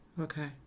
Okay